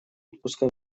отпуска